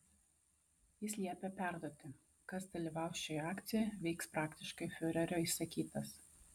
jis liepė perduoti kas dalyvaus šioje akcijoje veiks praktiškai fiurerio įsakytas